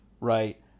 right